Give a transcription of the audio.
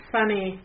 Funny